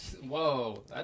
whoa